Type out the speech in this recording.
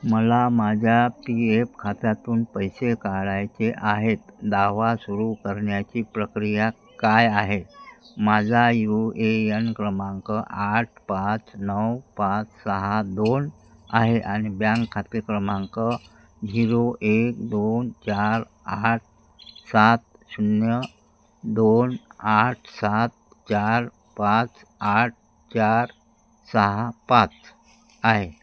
मला माझ्या P F खात्यातून पैसे काढायचे आहेत दावा सुरू करण्याची प्रक्रिया काय आहे माझा यू ए यन क्रमांक आठ पाच नऊ पाच सहा दोन आहे आणि बँक खाते क्रमांक झिरो एक दोन चार आठ सात शून्य दोन आठ सात चार पाच आठ चार सहा पाच आहे